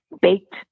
baked